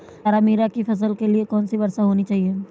तारामीरा की फसल के लिए कितनी वर्षा होनी चाहिए?